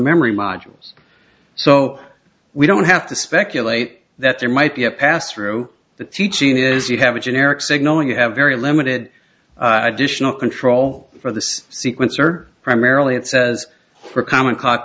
memory modules so we don't have to speculate that there might be a pass through the teaching is you have a generic signaling you have very limited additional control for this sequence or primarily it says for common cock